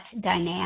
dynamic